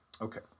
Okay